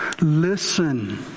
Listen